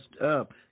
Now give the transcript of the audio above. Up